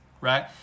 Right